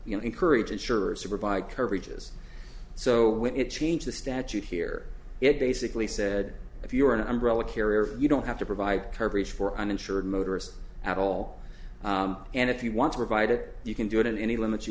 encourage insurers to provide coverage is so when it changed the statute here it basically said if you are an umbrella carrier you don't have to provide coverage for uninsured motorists at all and if you want to provide it you can do it in any limit you